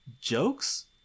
jokes